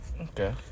okay